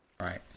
Right